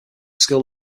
skill